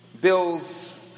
bills